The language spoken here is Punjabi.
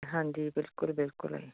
ਹਾਂਜੀ ਬਿਲਕੁਲ ਬਿਲਕੁਲ